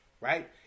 right